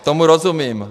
Tomu rozumím.